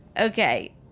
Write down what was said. Okay